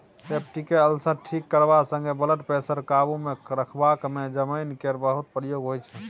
peptic ulcer ठीक करबा संगे ब्लडप्रेशर काबुमे रखबाक मे जमैन केर बहुत प्रयोग होइ छै